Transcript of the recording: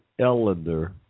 Ellender